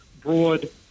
broad